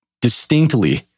distinctly